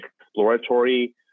exploratory